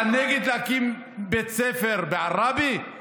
פטין מולא, אתה נגד להקים בית ספר בעראבה?